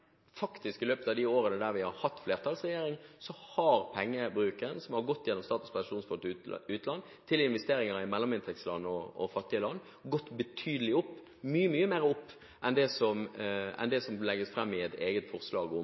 i løpet av de årene vi har hatt flertall, har pengebruken gjennom Statens pensjonsfond utland til investeringer i mellominntektsland og fattige land gått betydelig opp – mye, mye mer opp enn det som legges fram i et eget forslag om